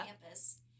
campus